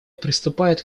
приступает